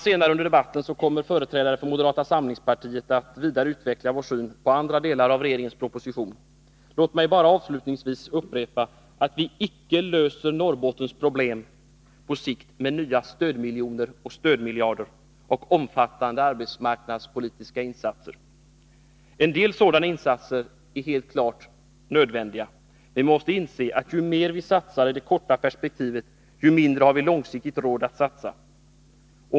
Senare under debatten kommer företrädare för moderata samlingspartiet att vidare utveckla vår syn på andra delar av regeringens proposition. Låt mig bara avslutningsvis upprepa att vi icke löser Norrbottens problem på sikt med nya stödmiljarder och omfattande arbetsmarknadspolitiska insatser. Självfallet är en del sådana insatser nödvändiga, men vi måste inse att ju mer vi satsar i det korta perspektivet, desto mindre har vi långsiktigt råd att satsa.